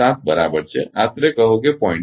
7 બરાબર છે આશરે કહો કે 0